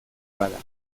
bada